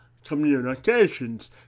communications